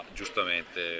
giustamente